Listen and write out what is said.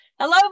Hello